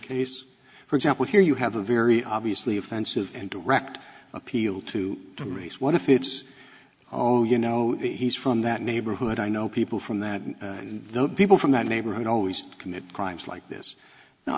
case for example here you have a very obviously offensive and direct appeal to race what if it's oh you know he's from that neighborhood i know people from that and the people from that neighborhood always commit crimes like this now